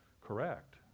correct